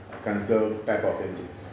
conserve type of engines